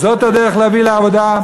זו הדרך להביא לעבודה?